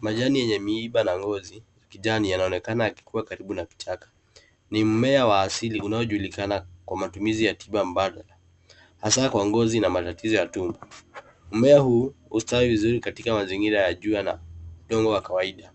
Majani yenye miiba na ngozi kijani yanaonekana yakikua karibu na kichaka. Ni mmea wa asili unaojulikana kwa matumizi ya tiba mbadala hasa kwa ngozi na matatizo ya tumbo. Mmea huu hustawi vizuri katika mazingira ya jua na udongo wa kawaida